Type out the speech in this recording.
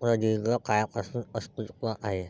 प्रदीर्घ काळापासून अस्तित्वात आहे